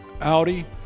Audi